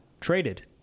Traded